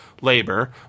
labor